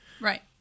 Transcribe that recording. Right